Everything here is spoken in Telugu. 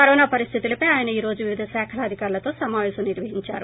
కరోనా పరిస్తులపై ఆయన ఈరోజు వివిధ శాఖ అధికారులతో సమాపేశం నిర్వహించారు